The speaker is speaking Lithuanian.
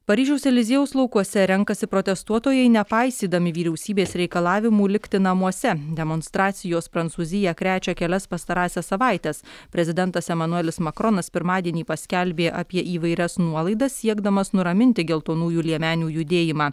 paryžiaus eliziejaus laukuose renkasi protestuotojai nepaisydami vyriausybės reikalavimų likti namuose demonstracijos prancūziją krečia kelias pastarąsias savaites prezidentas emanuelis makronas pirmadienį paskelbė apie įvairias nuolaidas siekdamas nuraminti geltonųjų liemenių judėjimą